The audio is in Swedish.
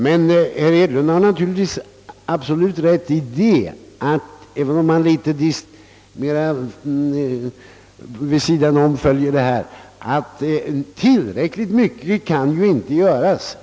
Herr Hedlund har dock — även om han bara följer dessa frågor litet mera vid sidan om — absolut rätt i att tillräckligt mycket inte kan göras.